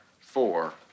four